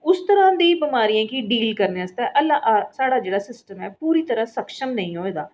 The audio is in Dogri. उस्स तरह् दी बिमारियां गी ड़ील करने आस्तै हाल्ली साढ़ा जेह्ड़ा सिस्टम ऐ पूरी तरह् सक्षम नेईं होए दा ऐ